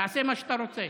--- תעשה מה שאתה רוצה.